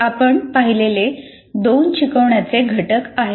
हे आपण पाहिलेले दोन शिकवण्याचे घटक आहेत